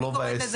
לא.